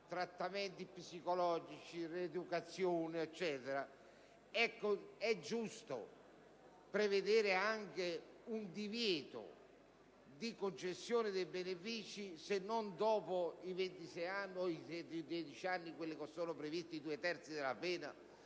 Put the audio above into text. trattamenti psicologici, rieducazione, eccetera, è giusto prevedere anche un divieto di concessione dei benefici, se non dopo gli anni previsti (i due terzi della pena)